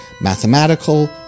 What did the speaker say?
Mathematical